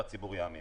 והציבור יאמין.